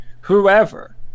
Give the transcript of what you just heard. whoever